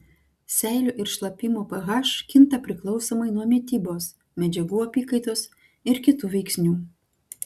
seilių ir šlapimo ph kinta priklausomai nuo mitybos medžiagų apykaitos ir kitų veiksnių